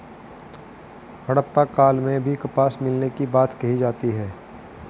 हड़प्पा काल में भी कपास मिलने की बात कही जाती है